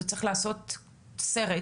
וצריך לעשות סרט,